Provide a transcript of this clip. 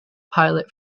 pilot